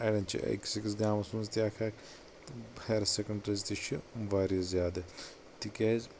اڑیٚن چھ أکِس أکِس گامس منٛز تہِ اکھ اکھ تہٕ ہایر سیٚکنڈریز تہِ چھِ واریاہ زیادٕ تِکیٛاز